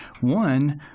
one